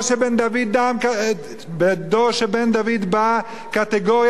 קטגוריה על תלמידי חכמים.